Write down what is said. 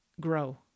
grow